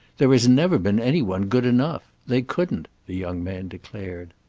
there has never been any one good enough. they couldn't, the young man declared.